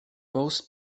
both